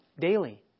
daily